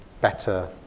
better